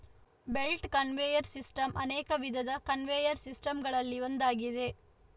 belt conveyor system ಅನೇಕ ವಿಧದ conveyor system ಗಳಲ್ಲಿ ಒಂದಾಗಿದೆ